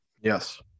Yes